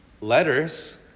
letters